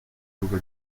duca